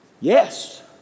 Yes